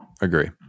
agree